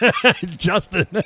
Justin